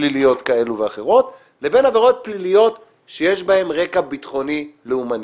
פליליות כאלו ואחרות ובין עבירות פליליות שיש בהן רקע ביטחוני-לאומני.